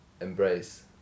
embrace